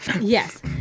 yes